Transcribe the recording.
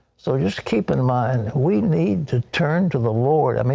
so just keep in mind, we need to turn to the lord. i mean